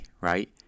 right